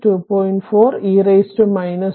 6 2